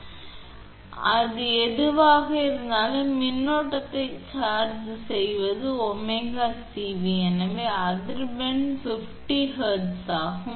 எனவே அது எதுவாக இருந்தாலும் மின்னோட்டத்தை சார்ஜ் செய்வது 𝜔𝐶𝑉 எனவே அதிர்வெண் எஃப் 50 ஹெர்ட்ஸ் ஆகும்